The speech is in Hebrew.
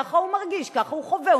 ככה הוא מרגיש, ככה הוא חווה.